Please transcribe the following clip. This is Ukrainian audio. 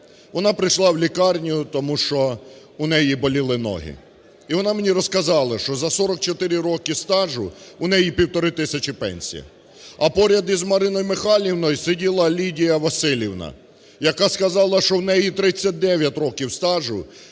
вона прийшла в лікарню, тому що у неї боліли ноги. І вона мені розказала, що за 44 роки стажу у неї півтори тисячі пенсія, а поряд з Мариною Михайлівною сиділа Лідія Василівна, яка сказала, що в неї 39 років стажу